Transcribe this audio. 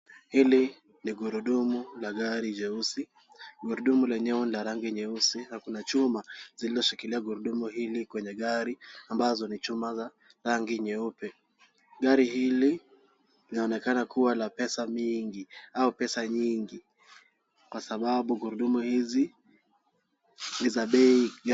Hili ni gurudumu la gari jeusi. Gurudumu lenyewe ni la rangi nyeusi na kuna chuma zilizoshikilia gurudumu hili kwenye gari, ambazo ni chuma za rangi nyeupe, gari hili linaonekana kuwa la pesa mingi au pesa nyingi kwa sababu gurudumu hizi ni za bei ghali.